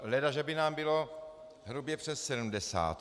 Leda, že by nám bylo hrubě přes 70.